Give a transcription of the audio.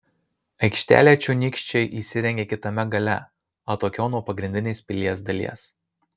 aikštelę čionykščiai įsirengė kitame gale atokiau nuo pagrindinės pilies dalies